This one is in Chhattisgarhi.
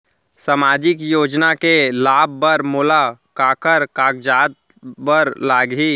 सामाजिक योजना के लाभ बर मोला काखर कागजात बर लागही?